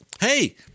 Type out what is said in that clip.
Hey